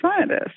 scientists